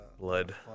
blood